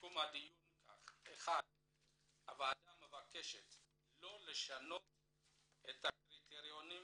1. הוועדה מבקשת לא לשנות את הקריטריונים